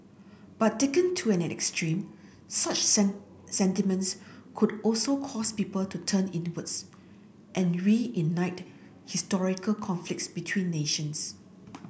but taken to an extreme such sentiments could also cause people to turn inwards and reignite historical conflicts between nations